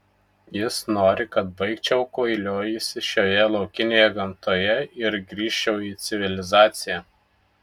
jis nori kad baigčiau kvailiojusi šioje laukinėje gamtoje ir grįžčiau į civilizaciją